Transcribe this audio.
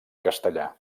castellà